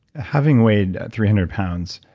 having weighed three hundred pounds,